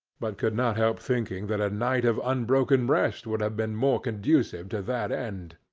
but could not help thinking that a night of unbroken rest would have been more conducive to that end.